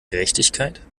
gerechtigkeit